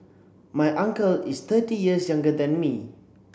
my uncle is thirty years younger than me